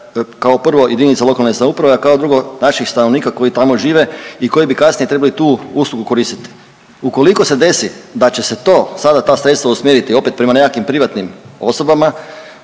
kao prvo jedinica lokalne samouprave, a kao drugo naših stanovnika koji tamo žive i koji bi kasnije trebali tu uslugu koristiti. Ukoliko se desi da će se to sada ta sredstva usmjeriti opet prema nekakvim privatnim osobama,